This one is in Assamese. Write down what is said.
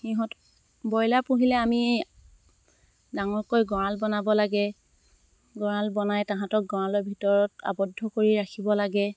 সিহঁতক ব্ৰইলাৰ পুহিলে আমি ডাঙৰকৈ গঁৰাল বনাব লাগে গঁৰাল বনাই তাহাঁতক গঁৰালৰ ভিতৰত আৱদ্ধ কৰি ৰাখিব লাগে